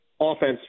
offense